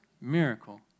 miracle